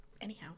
Anyhow